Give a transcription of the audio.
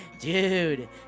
Dude